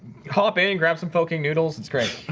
hop in in grab some poking noodles. it's great